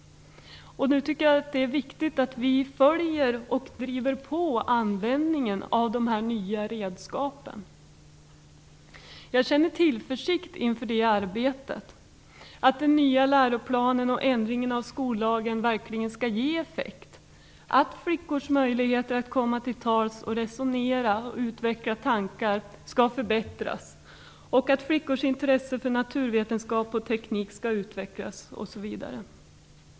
Nu är det viktigt att vi följer och driver på användningen av de nya redskapen. Jag känner tillförsikt inför detta arbete och att den nya läroplanen och ändringen av skollagen verkligen skall ge effekt, att flickors möjligheter att komma till tals, resonera och utveckla tankar skall förbättras och att flickors intresse för naturvetenskap och teknik skall utvecklas osv.